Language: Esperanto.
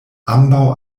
ambaŭ